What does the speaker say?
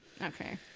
Okay